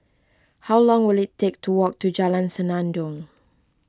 how long will it take to walk to Jalan Senandong